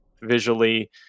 visually